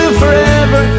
forever